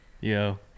Yo